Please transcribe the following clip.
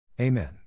Amen